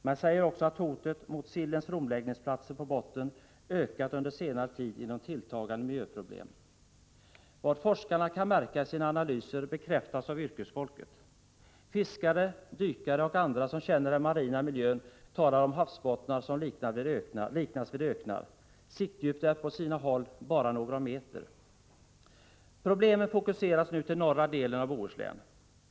Man säger också att hotet mot sillens romläggningsplatser på bottnen ökat under senare tid genom tilltagande miljöproblem. Vad forskarna kan märka i sina analyser bekräftas av yrkesfolket. Fiskare, dykare och andra som känner den marina miljön talar om havsbottnar som kan liknas vid öknar. Siktdjupet är på sina håll bara några meter. Problemen fokuseras nu till norra delen av Bohuslän.